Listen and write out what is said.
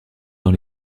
dans